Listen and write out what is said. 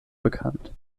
bekannt